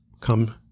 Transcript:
come